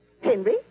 Henry